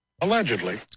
Allegedly